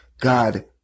God